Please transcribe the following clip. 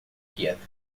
quieto